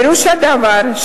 פירוש הדבר,